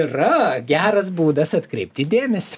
yra geras būdas atkreipti dėmesį